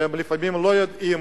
שהם לפעמים לא יודעים